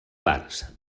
parts